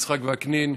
יצחק וקנין,